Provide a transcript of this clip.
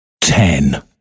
ten